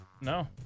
No